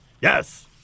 Yes